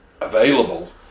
available